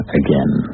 again